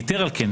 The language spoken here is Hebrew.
יתר על כן,